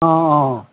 অ অ